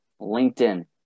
LinkedIn